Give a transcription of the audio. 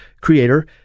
creator